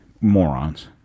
morons